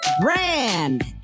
Brand